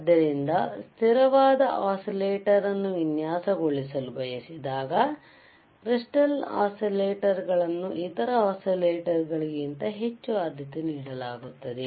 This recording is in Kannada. ಆದ್ದರಿಂದ ಸ್ಥಿರವಾದ ಒಸಿಲೇಟಾರ್ ಅನ್ನು ವಿನ್ಯಾಸಗೊಳಿಸಲು ಬಯಸಿದಾಗ ಕ್ರಿಸ್ಟಾಲ್ ಒಸಿಲೇಟಾರ್ಗಳನ್ನು ಇತರ ಒಸಿಲೇಟಾರ್ ಗಳಿಗಿಂತ ಹೆಚ್ಚು ಆದ್ಯತೆ ನೀಡಲಾಗುತ್ತದೆ